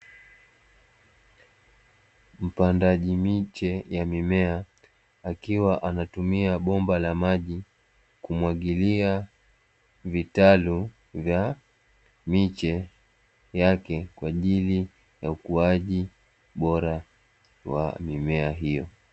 Mpandaji miche ya mimea akiwa anatumia bomba la maji, kumwagilia vitaru vya miche yake kwa ajili ya ukuwaji bora wa mimea hiyo.